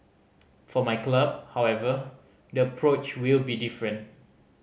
for my club however the approach will be different